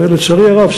ולצערי הרב,